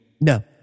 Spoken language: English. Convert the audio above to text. No